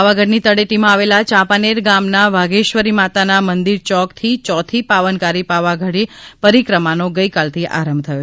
પાવાગઢની તળેટીમાં આવેલા ચાંપાનેર ગામના વાઘેશ્વરી માતાના મંદિરચોકથી ચોથી પાવનકારી પાવાગઢ પરિક્રમાનો ગઈકાલથી આરંભ થયો